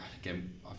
again